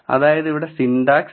അതായത് ഇവിടെ syntax read